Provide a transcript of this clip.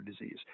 disease